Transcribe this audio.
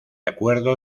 acuerdo